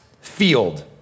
field